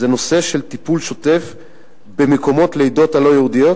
שזה נושא המקומות של העדות הלא-יהודיות,